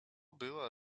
była